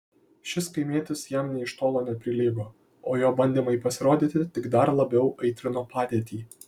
šis kaimietis jam nė iš tolo neprilygo o jo bandymai pasirodyti tik dar labiau aitrino padėtį